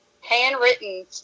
Handwritten